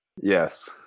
yes